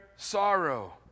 sorrow